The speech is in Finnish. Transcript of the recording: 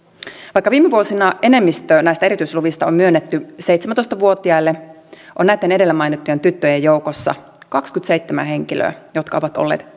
vaikka viime vuosina enemmistö näistä erityisluvista on myönnetty seitsemäntoista vuotiaille on näitten edellä mainittujen tyttöjen joukossa kaksikymmentäseitsemän henkilöä jotka ovat olleet